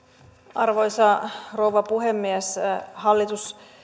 arvoisa rouva puhemies hallitus